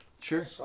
Sure